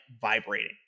vibrating